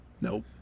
Nope